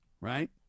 Right